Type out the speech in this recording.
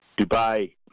Dubai